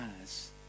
eyes